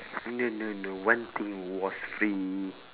no no no one thing was free